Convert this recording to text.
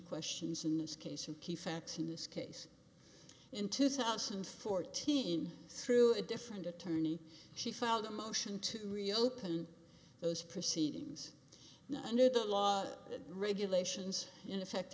questions in this case and key facts in this case in two thousand and fourteen through a different attorney she filed a motion to reopen those proceedings under the law regulations in effect